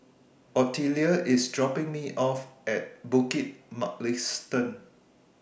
Ottilia IS dropping Me off At Bukit Mugliston